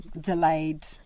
delayed